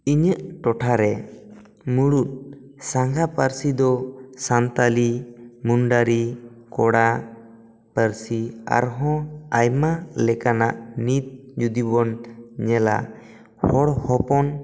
ᱤᱧᱟᱹᱜ ᱴᱚᱴᱷᱟ ᱨᱮ ᱢᱩᱬᱩᱛ ᱥᱟᱸᱜᱷᱟ ᱯᱟᱹᱨᱥᱤ ᱫᱚ ᱥᱟᱱᱛᱟᱲᱤ ᱢᱩᱱᱰᱟᱨᱤ ᱠᱚᱲᱟ ᱯᱟᱹᱨᱥᱤ ᱟᱨᱦᱚᱸ ᱟᱭᱢᱟ ᱞᱮᱠᱟᱱᱟᱜ ᱱᱤᱛ ᱡᱩᱫᱤ ᱵᱚᱱ ᱧᱮᱞᱟ ᱦᱚᱲ ᱦᱚᱯᱚᱱ